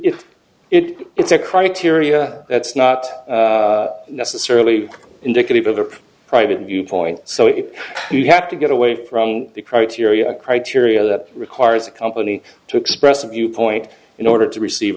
if it it's a criteria that's not necessarily indicative of a private viewpoint so if you have to get away from the criteria criteria that requires a company to express a viewpoint in order to receive